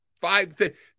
five